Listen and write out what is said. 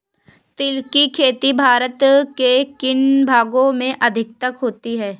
तिल की खेती भारत के किन भागों में अधिकतम होती है?